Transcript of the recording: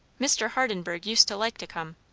mr. hardenburgh used to like to come.